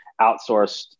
outsourced